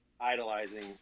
idolizing